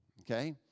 Okay